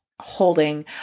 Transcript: holding